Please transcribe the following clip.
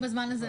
מה שאני מבקש,